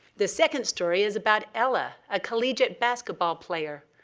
the second story is about ella, a collegiate basketball player.